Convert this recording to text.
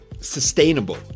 sustainable